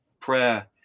prayer